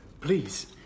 Please